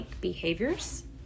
behaviors